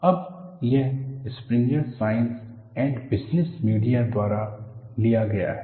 अब यह Springer Science and Business Media द्वारा लिया गया है